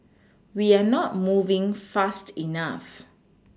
we are not moving fast enough